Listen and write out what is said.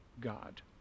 God